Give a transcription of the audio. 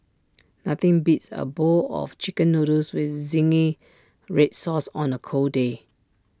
nothing beats A bowl of Chicken Noodles with Zingy Red Sauce on A cold day